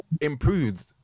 improved